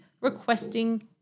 requesting